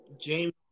James